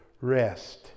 rest